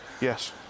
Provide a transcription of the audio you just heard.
Yes